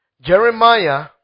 Jeremiah